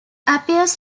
appears